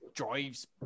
drives